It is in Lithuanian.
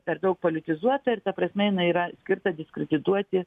per daug politizuota ir ta prasme jinai yra skirta diskredituoti